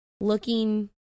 Looking